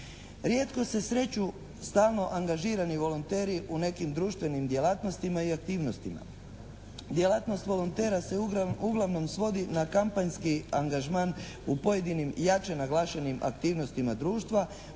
Rijetko se sreću stalno angažirani volonteri u nekim društvenim djelatnostima i aktivnostima. Djelatnost volontera se uglavnom svodi na kampanjski angažman u pojedinim jače naglašenim aktivnostima društva